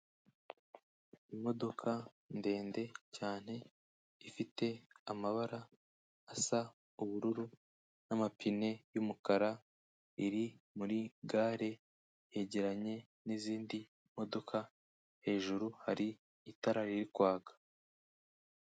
Imodoka ndende cyane ifite amabara asa ubururu n'amapine y'umukara, iri muri gare yegeranye n'izindi modoka, hejuru hari itara riri kwaka.